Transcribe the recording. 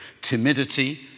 timidity